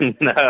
No